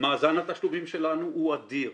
מאזן התשלומים שלנו הוא אדיר.